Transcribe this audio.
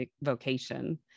vocation